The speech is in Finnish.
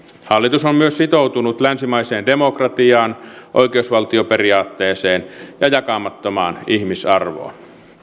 hallitus on myös sitoutunut länsimaiseen demokratiaan oikeusvaltioperiaatteeseen ja jakamattomaan ihmisarvoon